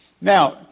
Now